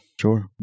Sure